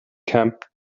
camp